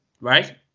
right